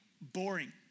boring